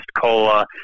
COLA